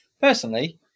Personally